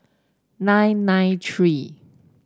nine nine three